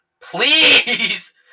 please